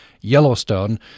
Yellowstone